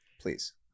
please